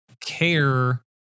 care